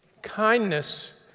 Kindness